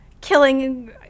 killing